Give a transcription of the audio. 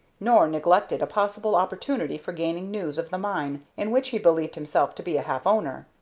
nor neglected a possible opportunity for gaining news of the mine in which he believed himself to be a half-owner.